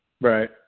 Right